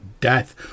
death